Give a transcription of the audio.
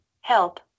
help